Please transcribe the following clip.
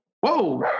Whoa